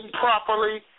properly